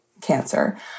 cancer